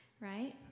right